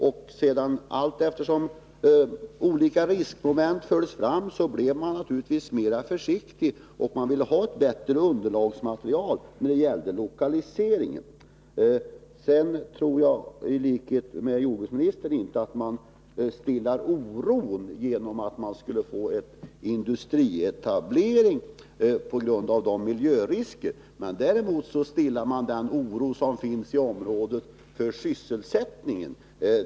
Och allteftersom olika riskmoment fördes fram blev man naturligtvis mer försiktig och ville ha ett bättre underlagsmaterial när det gällde lokaliseringen. Sedan tror jag i likhet med jordbruksministern inte att man stillar oron för miljöriskerna med att erbjuda en industrietablering, men däremot stillar man den oro som finns i området för sysselsättningen.